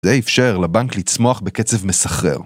זה אפשר לבנק לצמוח בקצב מסחרר.